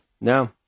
No